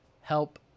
help